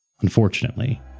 Unfortunately